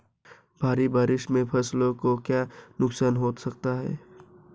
भारी बारिश से फसलों को क्या नुकसान हो सकता है?